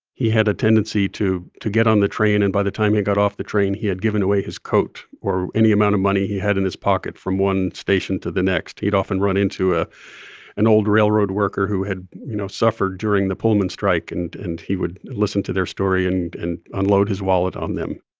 he had a tendency to to get on the train, and by the time he got off the train, he had given away his coat or any amount of money he had in his pocket from one station to the next. he'd often run into ah an old railroad worker who had, you know, suffered during the pullman strike, and and he would listen to their story and and unload his wallet on them